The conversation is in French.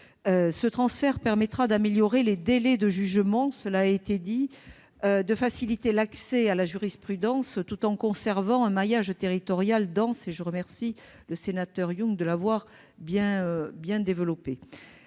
Ce transfert permettra de réduire les délais de jugement et de faciliter l'accès à la jurisprudence, tout en conservant un maillage territorial dense. Je remercie M. Yung d'avoir bien développé